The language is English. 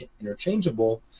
interchangeable